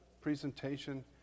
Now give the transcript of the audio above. presentation